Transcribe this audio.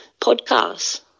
podcasts